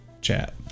chat